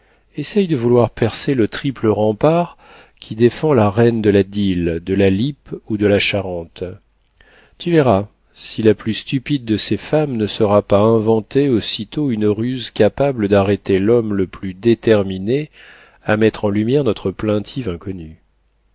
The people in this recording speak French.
essaie de vouloir percer le triple rempart qui défend la reine de la dyle de la lippe ou de la charente tu verras si la plus stupide de ces femmes ne saura pas inventer aussitôt une ruse capable d'arrêter l'homme le plus déterminé à mettre en lumière notre plaintive inconnue